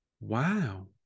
Wow